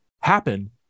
happen